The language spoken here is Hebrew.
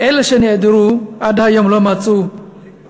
אלה שנעדרו עד היום לא נמצאו,